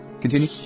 Continue